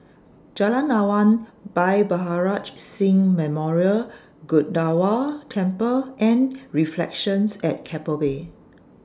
Jalan Awan Bhai Maharaj Singh Memorial Gurdwara Temple and Reflections At Keppel Bay